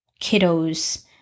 kiddos